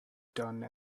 done